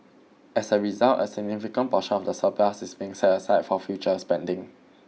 as a result a significant portion of the surplus is being set aside for future spending